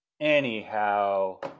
Anyhow